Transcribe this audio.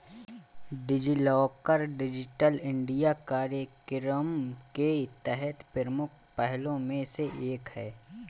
DigiLocker digital India कार्यक्रम के तहत प्रमुख पहलों में से एक है